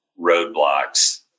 roadblocks